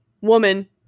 woman